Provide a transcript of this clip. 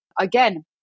Again